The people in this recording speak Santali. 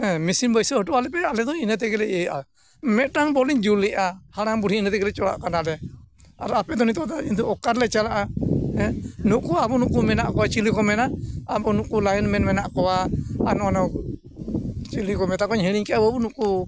ᱦᱮᱸ ᱢᱮᱥᱤᱱ ᱵᱟᱹᱭᱥᱟᱹᱣ ᱦᱚᱴᱚᱣᱟᱞᱮᱯᱮ ᱟᱞᱮᱫᱚ ᱤᱱᱟᱹ ᱛᱮᱜᱮᱞᱮ ᱤᱭᱟᱹᱜᱼᱟ ᱢᱤᱫᱴᱟᱝ ᱵᱚᱞᱮᱧ ᱡᱩᱞᱮᱜᱼᱟ ᱦᱟᱲᱟᱢ ᱵᱩᱲᱦᱤ ᱤᱱᱟᱹ ᱛᱮᱜᱮᱞᱮ ᱪᱟᱞᱟᱣᱮᱫ ᱠᱟᱱᱟᱞᱮ ᱟᱨ ᱟᱯᱮᱫᱚ ᱱᱤᱛᱳᱜ ᱫᱚ ᱤᱧᱫᱚ ᱚᱠᱟᱨᱮ ᱪᱟᱞᱟᱜᱼᱟ ᱦᱮᱸ ᱱᱩᱠᱩ ᱟᱵᱚ ᱱᱩᱠᱩ ᱢᱮᱱᱟᱜ ᱠᱚᱣᱟ ᱪᱤᱞᱤ ᱠᱚ ᱢᱮᱱᱟ ᱟᱵᱚ ᱱᱩᱠᱩ ᱞᱟᱭᱤᱱ ᱢᱮᱱ ᱢᱮᱱᱟᱜ ᱠᱚᱣᱟ ᱟᱨ ᱱᱚᱜᱼᱚ ᱱᱚᱣᱟ ᱪᱤᱞᱤ ᱠᱚ ᱢᱮᱛᱟ ᱠᱚᱣᱟ ᱦᱤᱲᱤᱧ ᱠᱮᱫᱟ ᱵᱟᱹᱵᱩ ᱱᱩᱠᱩ